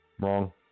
wrong